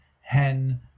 hen